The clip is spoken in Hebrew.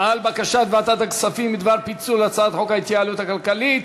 על בקשת ועדת הכספים בדבר פיצול הצעת חוק ההתייעלות הכלכלית